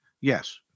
Yes